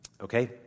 Okay